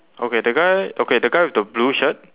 okay that guy okay that guy with the blue shirt